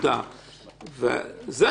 שיש תוספות שאנחנו נותנים פה.